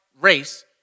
race